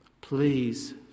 Please